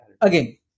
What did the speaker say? Again